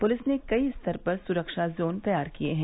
police ने कई स्तर पर सुरक्षा जोन तैयार किए हैं